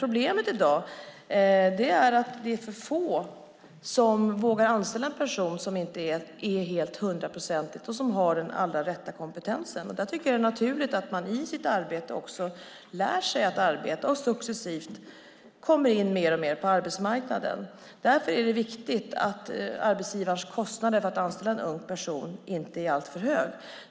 Problemet i dag är att vi är för få som vågar anställa en person som vi inte är hundraprocentigt säkra på har den absolut rätta kompetensen. Jag tycker att det är naturligt att man i sitt arbete lär sig att arbeta och successivt kommer in mer på arbetsmarknaden. Därför är det viktigt att arbetsgivarens kostnad för att anställa en ung person inte är alltför hög.